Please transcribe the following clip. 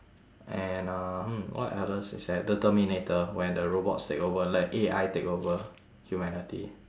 and uh hmm what others is there the terminator when the robots take over like A_I take over humanity